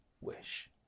wish